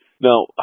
Now